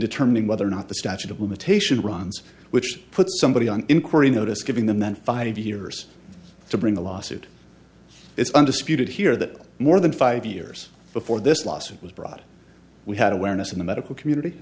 determining whether or not the statute of limitations runs which put somebody on inquiry notice giving the men five years to bring a lawsuit it's undisputed here that more than five years before this lawsuit was brought in we had awareness in the medical community